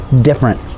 different